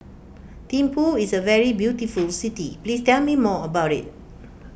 Thimphu is a very beautiful city please tell me more about it